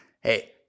hey